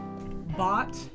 bought